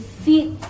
fit